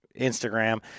instagram